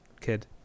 kid